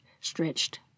stretched